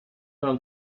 mam